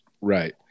right